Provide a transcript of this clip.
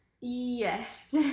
yes